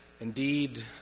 indeed